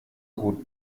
gut